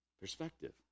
Perspective